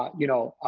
you know.